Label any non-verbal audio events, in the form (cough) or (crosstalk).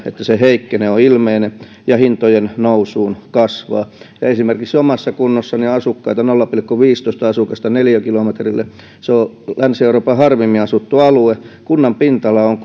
että palveluitten saatavuus heikkenee on ilmeinen ja riski hintojen nousuun kasvaa esimerkiksi omassa kunnassani asukkaita on nolla pilkku viisitoista asukasta neliökilometrille se on länsi euroopan harvimmin asuttu alue kunnan pinta ala on (unintelligible)